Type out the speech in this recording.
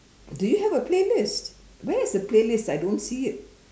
do you have a playlist where is the playlist I don't see it